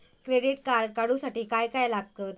Credit card काढूसाठी काय काय लागत?